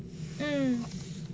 mm